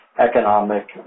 economic